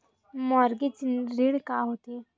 Mortgage ऋण का होथे?